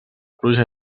pluja